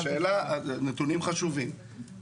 השאלה שאני שואל,